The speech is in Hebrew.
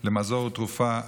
למזור ותרופה,